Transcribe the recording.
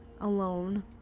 alone